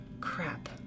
Crap